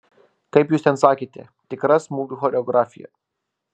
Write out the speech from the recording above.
kaip jūs ten sakėte tikra smūgių choreografija